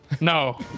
No